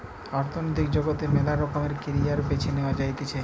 অর্থনৈতিক জগতে মেলা রকমের ক্যারিয়ার বেছে নেওয়া যাতিছে